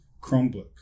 Chromebook